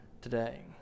today